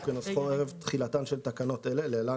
כנוסחו ערב תחילתן של תקנות אלה (להלן,